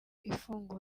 ifunga